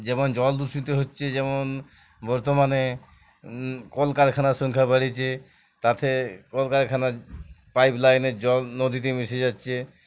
যেমন জল দূষিত হচ্ছে যেমন বর্তমানে কল কারখানার সংখ্যা বাড়িছে তাতে কল কারখানার পাইপলাইনের জল নদীতে মিশে যাচ্ছে